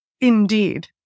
Indeed